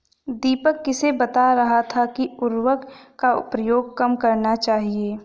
दीपक किसे बता रहा था कि उर्वरक का प्रयोग कम करना चाहिए?